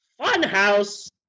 Funhouse